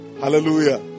Hallelujah